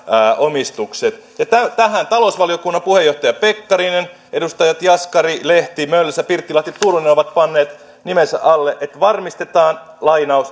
omistukset tähän talousvaliokunnan puheenjohtaja pekkarinen edustajat jaskari lehti mölsä pirttilahti ja turunen ovat panneet nimensä alle että varmistetaan